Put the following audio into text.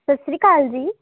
ਸਤਿ ਸ਼੍ਰੀ ਅਕਾਲ ਜੀ